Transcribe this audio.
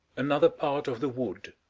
another part of the wood